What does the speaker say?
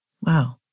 Wow